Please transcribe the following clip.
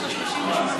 יש לך 38 שניות.